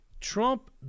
Trump